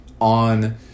on